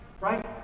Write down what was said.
Right